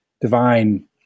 divine